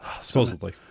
supposedly